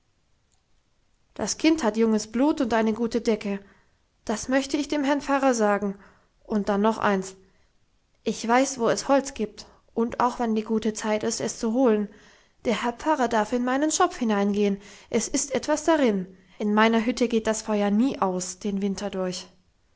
das kind hat junges blut und eine gute decke das möchte ich dem herrn pfarrer sagen und dann noch eins ich weiß wo es holz gibt und auch wann die gute zeit ist es zu holen der herr pfarrer darf in meinen schopf hineingehen es ist etwas drin in meiner hütte geht das feuer nie aus den winter durch